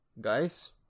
Guys